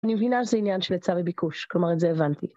אני מבינה שזה עניין של היצא וביקוש, כלומר את זה הבנתי.